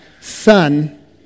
son